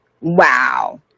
wow